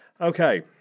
Okay